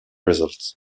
results